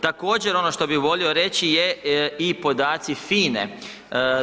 Također ono što bi volio reći je i podaci FINA-e.